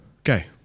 Okay